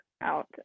out